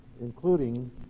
including